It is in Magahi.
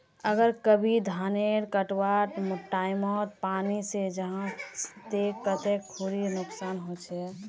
अगर कभी धानेर कटवार टैमोत पानी है जहा ते कते खुरी नुकसान होचए?